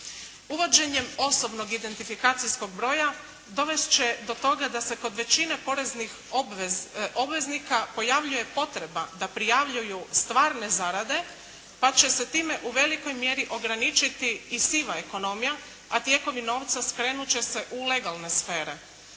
Uvođenjem osobnog identifikacijskog broja dovest će do toga da se kod većine poreznih obveznika pojavljuje potreba da prijavljuju stvarne zarade, pa će se time u velikoj mjeri ograničiti i siva ekonomija, a tijekovi novca skrenut će se u legalne sfere.